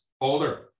older